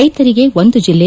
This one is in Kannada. ರೈತರಿಗೆ ಒಂದು ಜಿಲ್ಲೆ